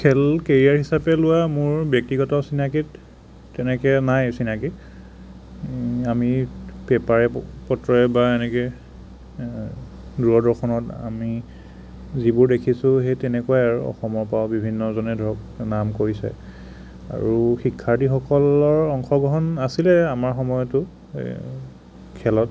খেল কেৰিয়াৰ হিচাপে লোৱা মোৰ ব্যক্তিগত চিনাকিত তেনেকৈ নাই চিনাকি এই আমি পেপাৰে পত্ৰই বা এনেকৈ দূৰদৰ্শনত আমি যিবোৰ দেখিছো সেই তেনেকুৱাই আৰু অসমৰপৰাও বিভিন্নজনে ধৰক নাম কৰিছে আৰু শিক্ষাৰ্থীসকলৰ অংশগ্ৰহণ আছিলে আমাৰ সময়তো খেলত